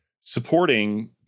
supporting